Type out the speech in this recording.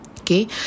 Okay